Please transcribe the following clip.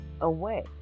away